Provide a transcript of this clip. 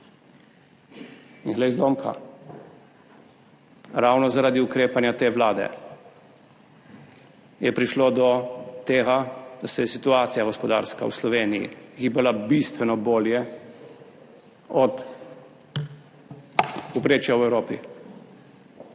In glej ga zlomka, ravno zaradi ukrepanja te vlade je prišlo do tega, da se je gospodarska situacija v Sloveniji gibala bistveno bolje od povprečja v Evropi.